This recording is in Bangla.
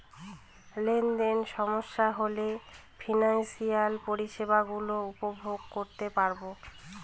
লেনদেনে সমস্যা হলে ফিনান্সিয়াল পরিষেবা গুলো উপভোগ করতে পারবো